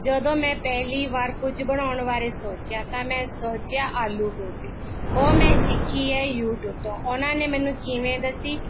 ਜਦੋਂ ਮੈਂ ਪਹਿਲੀ ਵਾਰ ਕੁੱਝ ਬਣਾਉਣ ਬਾਰੇ ਸੋਚਿਆ ਤਾਂ ਮੈਂ ਸੋਚਿਆ ਆਲੂ ਗੋਭੀ ਉਹ ਮੈਂ ਸਿੱਖੀ ਹੈ ਯੂ ਟਿਊਬ ਤੋਂ ਉਹਨਾਂ ਨੇ ਮੈਨੂੰ ਕਿਵੇਂ ਦੱਸੀ